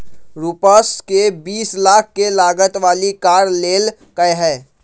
रूपश ने बीस लाख के लागत वाली कार लेल कय है